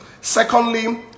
secondly